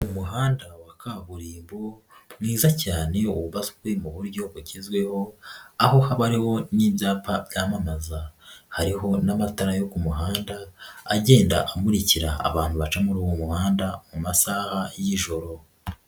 Umuhanda wa kaburimbo mwiza cyane wubatswe mu buryo bugezweho aho haba hariho n'ibyapa byamamaza, hariho n'amatara yo ku muhanda agenda amurikira abantu baca muri uwo muhanda mu masaha y'ijoro.